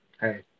Hey